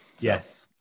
yes